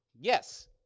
Yes